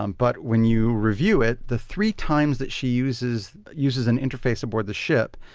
um but when you review it, the three times that she uses uses an interface aboard the ship,